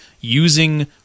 using